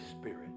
Spirit